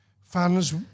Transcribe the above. fans